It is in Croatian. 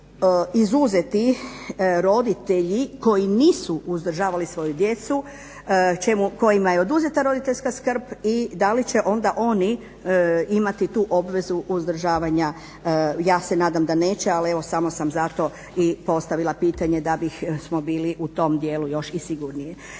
izuzeti roditelji koji nisu uzdržavali svoju djecu kojima je oduzeta roditeljska skrb i da li će onda oni imati tu obvezu uzdržavanja. Ja se nadam da neće, ali evo sam sam zato i postavila pitanje da bismo bili u tom dijelu još i sigurniji.